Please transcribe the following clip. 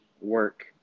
work